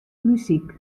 muzyk